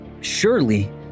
surely